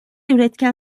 üretken